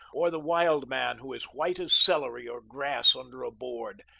or the wild man who is white as celery or grass under a board.